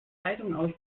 zeitung